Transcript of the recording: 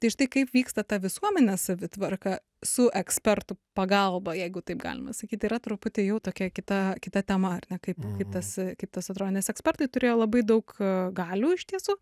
tai štai kaip vyksta ta visuomenės savitvarka su ekspertų pagalba jeigu taip galima sakyt yra truputį jau tokia kita kita tema ar ne kaip kaip tas kaip tas atrodo nes ekspertai turėjo labai daug galių iš tiesų